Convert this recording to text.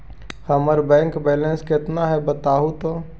हमर bank balance केतना है बताहु तो?